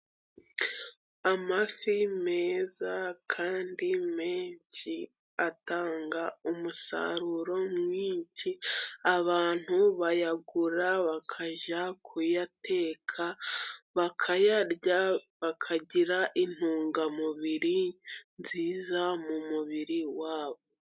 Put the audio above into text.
Amafi meza kandi menshi atanga umusaruro mwinshi, abantu bayagura bakajya kuyateka bakayarya bakagira intungamubiri nziza mu mubiri wabo.